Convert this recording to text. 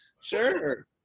sure